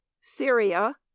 Syria